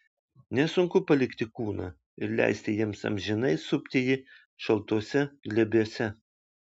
nesunku palikti kūną ir leisti jiems amžinai supti jį šaltuose glėbiuose